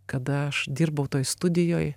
kada aš dirbau toj studijoj